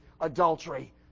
adultery